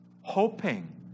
Hoping